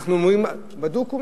בדוק?